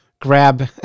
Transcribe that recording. grab